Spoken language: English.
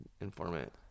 informant